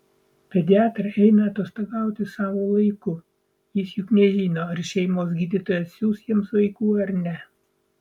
pediatrai eina atostogauti savo laiku jis juk nežino ar šeimos gydytojas siųs jiems vaikų ar ne